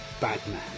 Batman